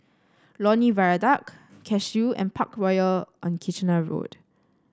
Lornie Viaduct Cashew and Parkroyal on Kitchener Road